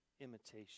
imitation